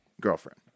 girlfriend